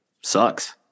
sucks